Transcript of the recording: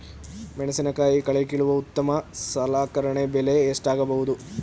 ಮೆಣಸಿನಕಾಯಿ ಕಳೆ ಕೀಳಲು ಉತ್ತಮ ಸಲಕರಣೆ ಬೆಲೆ ಎಷ್ಟಾಗಬಹುದು?